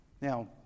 Now